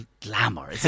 glamour